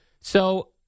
So-